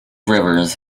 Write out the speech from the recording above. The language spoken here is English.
rivers